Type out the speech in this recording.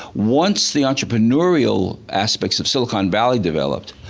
once the entrepreneurial aspects of silicon valley developed,